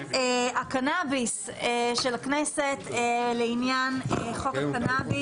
אני פותחת את ישיבת ועדת הקנאביס של הכנסת לעניין חוק הקנאביס.